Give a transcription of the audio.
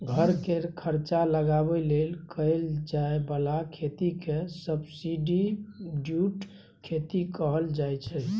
घर केर खर्चा चलाबे लेल कएल जाए बला खेती केँ सब्सटीट्युट खेती कहल जाइ छै